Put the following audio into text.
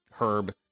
Herb